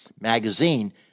magazine